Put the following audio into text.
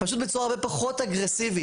פשוט בצורה הרבה פחות אגרסיבית.